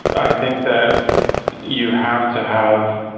i think that you have to have